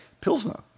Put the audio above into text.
pilsner